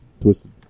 twisted